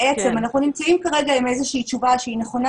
בעצם אנחנו נמצאים כרגע עם איזה שהיא תשובה שהיא נכונה